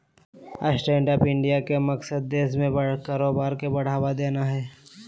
stand up India के मकसद देश में कारोबार के बढ़ावा देना हइ